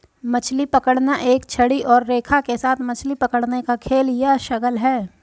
मछली पकड़ना एक छड़ी और रेखा के साथ मछली पकड़ने का खेल या शगल है